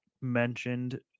mentioned